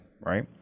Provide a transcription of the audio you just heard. right